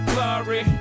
Glory